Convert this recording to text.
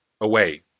away